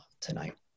tonight